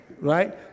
Right